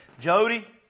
Jody